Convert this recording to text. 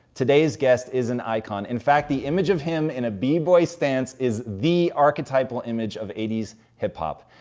today's guest is an icon. in fact, the image of him in a b-boy stance, is the archetypal image of eighty s hip hop.